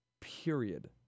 Period